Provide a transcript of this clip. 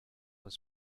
was